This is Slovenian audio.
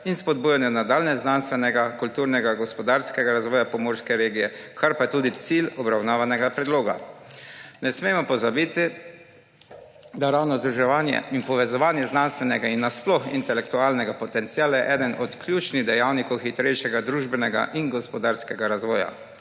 in spodbujanju nadaljnjega znanstvenega, kulturnega, gospodarskega razvoja pomurske regije, kar pa je tudi cilj obravnavanega predloga. Ne smemo pozabiti, da je ravno združevanje in povezovanje znanstvenega in sploh intelektualnega potenciala eden od ključnih dejavnikov hitrejšega družbenega in gospodarskega razvoja.